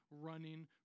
running